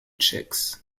chicks